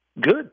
Good